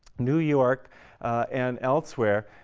new york and elsewhere,